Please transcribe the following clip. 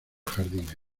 jardines